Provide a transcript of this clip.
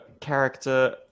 character